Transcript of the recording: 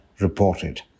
reported